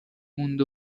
مونده